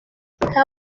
nta